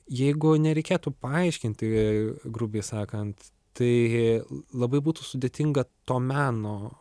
jeigu nereikėtų paaiškinti grubiai sakant tai labai būtų sudėtinga to meno